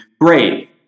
great